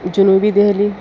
جنوبی دہلی